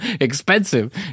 expensive